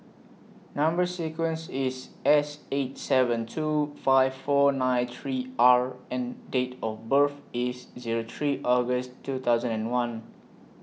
Number sequence IS S eight seven two five four nine three R and Date of birth IS Zero three August two thousand and one